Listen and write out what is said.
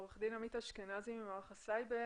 עורך דין עמית אשכנזי ממערך הסייבר